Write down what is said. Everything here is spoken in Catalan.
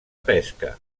pesca